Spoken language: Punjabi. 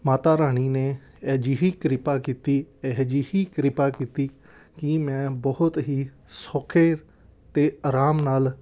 ਮਾਤਾ ਰਾਣੀ ਨੇ ਅਜਿਹੀ ਕਿਰਪਾ ਕੀਤੀ ਅਜਿਹੀ ਕਿਰਪਾ ਕੀਤੀ ਕਿ ਮੈਂ ਬਹੁਤ ਹੀ ਸੌਖੇ ਅਤੇ ਆਰਾਮ ਨਾਲ